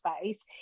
space